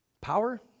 Power